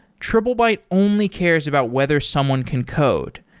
triplebyte only cares about whether someone can code.